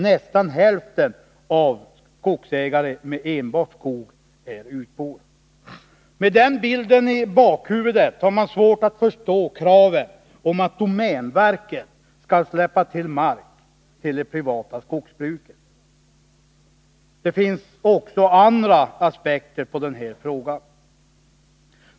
Nästan hälften av skogsägarna med enbart skog är utbor. Med den bilden i bakhuvudet har man svårt att förstå kraven om att domänverket skall släppa till mark till det privata skogsbruket. Det finns också andra aspekter på den här frågan.